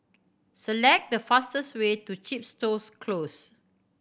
select the fastest way to Chepstow Close